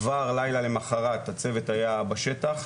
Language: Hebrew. כבר לילה למחרת הצוות היה בשטח,